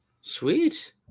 Sweet